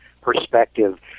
perspective